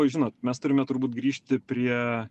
žinot mes turime turbūt grįžti prie